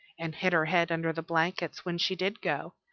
and hid her head under the blankets when she did go,